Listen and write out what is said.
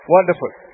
Wonderful